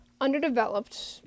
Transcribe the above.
underdeveloped